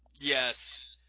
Yes